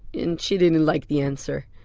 and she didn't and like the answer.